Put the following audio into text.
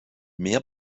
mehr